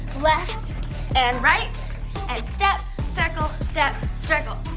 left and right and step, circle, step, circle.